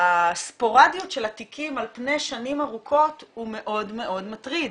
הספורדיות של התיקים על פני שנים ארוכות הוא מאוד מטריד.